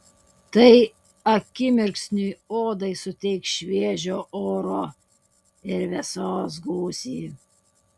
tai akimirksniui odai suteiks šviežio oro ir vėsos gūsį